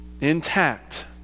intact